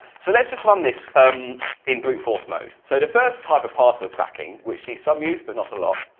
so let's just run this um in brute force mode. so the first type of password cracking, which sees some use but not a lot,